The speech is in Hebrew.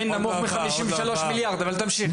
זה עדיין נמוך מ- 53 מיליארד, אבל תמשיך.